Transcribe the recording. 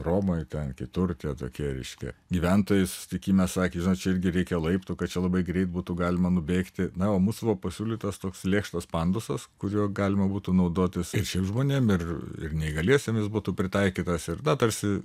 romoje ten kitur tie tokie reiškia gyventojai susitikime sakė žinot čia irgi reikia laiptų kad čia labai greit būtų galima nubėgti na o mūsų buvo pasiūlytas toks lėkštas pandusas kuriuo galima būtų naudotis žmonėm ir ir neįgaliesiem jis būtų pritaikytas ir na tarsi